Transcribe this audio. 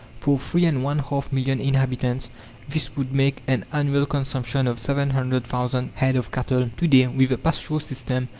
for three and one-half million inhabitants this would make an annual consumption of seven hundred thousand head of cattle. to-day, with the pasture system,